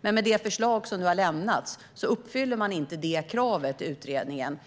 Men i det förslag som nu har lämnats uppfylls inte det kravet i utredningen,